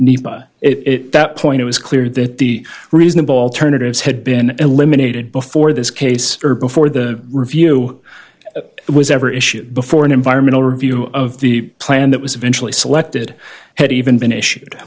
nepa it that point it was clear that the reasonable alternatives had been eliminated before this case or before the review was ever issued before an environmental review of the plan that was eventually selected had even been issued